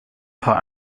paar